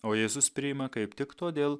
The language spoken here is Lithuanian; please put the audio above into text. o jėzus priima kaip tik todėl